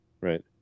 Right